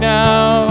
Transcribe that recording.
now